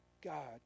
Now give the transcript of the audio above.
God